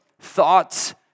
thoughts